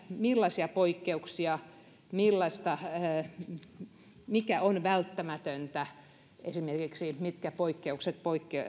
millaisia poikkeuksia mikä on välttämätöntä esimerkiksi mitkä poikkeukset